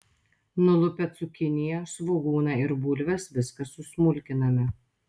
nulupę cukiniją svogūną ir bulves viską susmulkiname